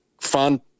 fun